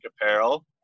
apparel